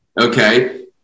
okay